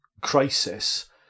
crisis